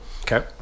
Okay